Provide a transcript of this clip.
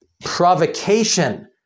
provocation